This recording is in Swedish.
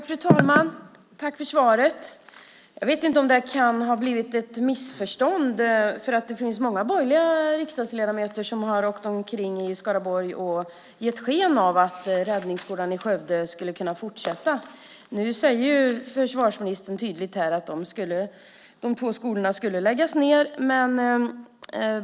Fru talman! Jag tackar för svaret. Jag vet inte om det kan ha blivit ett missförstånd, för det finns många borgerliga riksdagsledamöter som har åkt omkring i Skaraborg och gett sken av att Räddningsskolan i Skövde skulle kunna fortsätta verksamheten. Nu säger försvarsministern tydligt att de två skolorna skulle läggas ned.